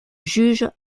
juge